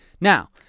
Now